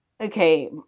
okay